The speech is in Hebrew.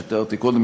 כפי שתיארתי קודם,